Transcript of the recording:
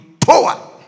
power